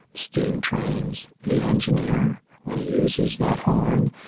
steam trains, the engineer when he uses that horn,